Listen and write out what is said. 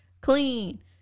clean